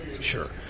Sure